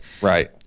Right